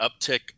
uptick